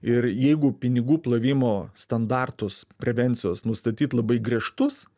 ir jeigu pinigų plovimo standartus prevencijos nustatyti labai griežtus